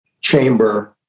chamber